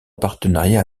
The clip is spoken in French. partenariat